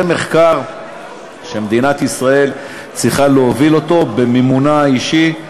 זה מחקר שמדינת ישראל צריכה להוביל במימונה האישי,